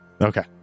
Okay